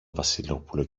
βασιλόπουλο